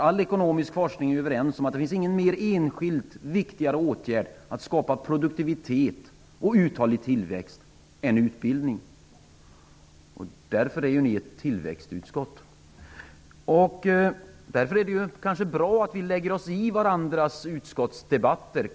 All ekonomisk forskning är överens om att det inte finns någon viktigare enskild åtgärd för att skapa produktivitet och uthållig tillväxt än utbildning. Därför är utbildningsutskottet ett tillväxtutskott. Därför är det kanske bra att vi lägger oss i varandras utskottsdebatter.